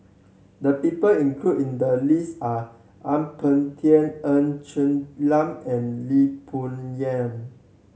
the people included in the list are Ang Peng Tiam Ng Chen Lam and Lee Boon Yang